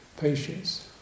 Patience